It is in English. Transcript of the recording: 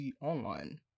online